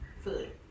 food